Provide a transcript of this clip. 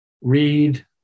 read